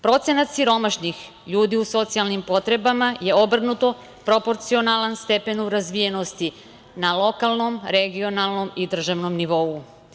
Procenat siromašnih ljudi u socijalnim potrebama je obrnuto proporcionalan stepenu razvijenosti na lokalnom, regionalnom i državnom nivou.